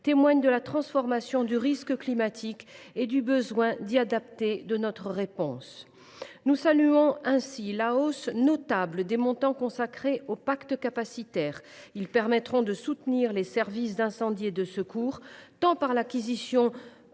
témoigne de la transformation du risque climatique et du besoin d’adapter notre réponse à celui ci. Nous saluons ainsi la hausse notable des montants consacrés aux pactes capacitaires. Ils permettront de soutenir les services d’incendie et de secours, tant pour acquérir